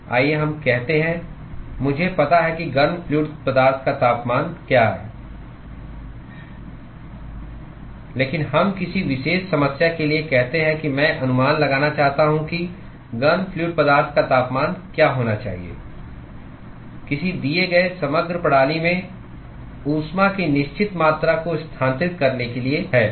आइए हम कहते हैं मुझे पता है कि गर्म फ्लूअड पदार्थ का तापमान क्या है लेकिन हम किसी विशेष समस्या के लिए कहते हैं कि मैं अनुमान लगाना चाहता हूं कि गर्म फ्लूअड पदार्थ का तापमान क्या होना चाहिए किसी दिए गए समग्र प्रणाली में ऊष्मा की निश्चित मात्रा को स्थानांतरित करने के लिए है